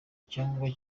icyangombwa